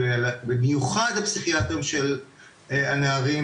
במיוחד הפסיכיאטרים של הנערים,